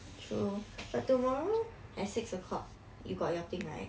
true but tomorrow at six o'clock you got your thing right